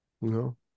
No